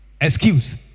Excuse